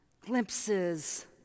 Glimpses